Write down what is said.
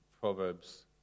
Proverbs